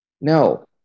No